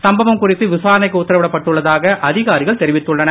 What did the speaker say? சம்பவம் குறித்து விசாரணைக்கு உத்தரவிடப் பட்டுள்ளதாக அதிகாரிகள் தெரிவித்துள்ளனர்